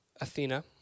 Athena